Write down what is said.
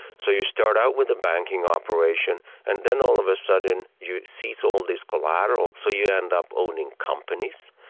so you start out with a banking operation, and then all of a sudden you seize all these collateral, so you end up owning companies,